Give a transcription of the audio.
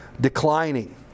declining